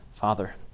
Father